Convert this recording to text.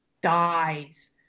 dies